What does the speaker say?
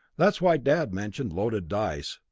that's why dad mentioned loaded dice,